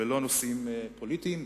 ולא נושאים פוליטיים.